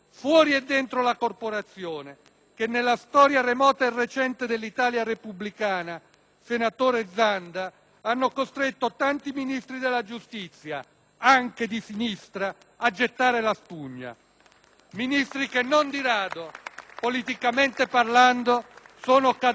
senatore Zanda, hanno costretto tanti Ministri della giustizia, anche di sinistra, a gettare la spugna. *(Applausi dal Gruppo PdL)*. Ministri che non di rado, politicamente parlando, sono caduti combattendo sul fronte riformista. Questa volta ci sono tre elementi